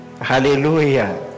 Hallelujah